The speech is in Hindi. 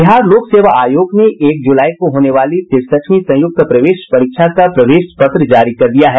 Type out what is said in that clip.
बिहार लोक सेवा आयोग ने एक जुलाई को होने वाली तिरसठवीं संयुक्त प्रवेश परीक्षा का प्रवेश पत्र जारी कर दिया है